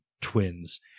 twins